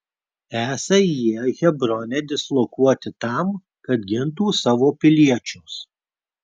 esą jie hebrone dislokuoti tam kad gintų savo piliečius